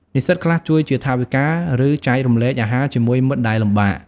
និស្សិតខ្លះជួយជាថវិកា ឬចែករំលែកអាហារជាមួយមិត្តដែលលំបាក។